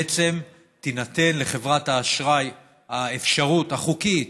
בעצם תינתן לחברת האשראי האפשרות החוקית,